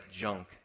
junk